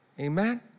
Amen